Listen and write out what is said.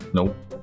Nope